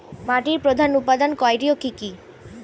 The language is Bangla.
মাটির প্রধান উপাদান কয়টি ও কি কি?